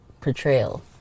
portrayal